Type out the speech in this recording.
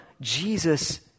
Jesus